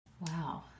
Wow